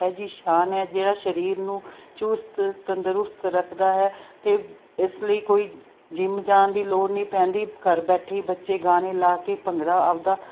ਇਹੋ ਜਿਹੀ ਸ਼ਾਨ ਹੈ ਜਿਹੜਾ ਸਰੀਰ ਨੂੰ ਚੁਸਤ ਤੰਦਰੁਸਤ ਰੱਖਦਾ ਹੈ ਅਤੇ ਇਸ ਲਈ ਕੋਈ ਜਿੰਮ ਜਾਣ ਦੀ ਲੋੜ ਨਹੀਂ ਪੈਂਦੀ ਘਰ ਬੈਠੇ ਹੀ ਬੱਚੇ ਗਾਣੇ ਲਾ ਕੇ ਭੰਗੜਾ ਆਪਦਾ